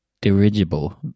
dirigible